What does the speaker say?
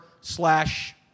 slash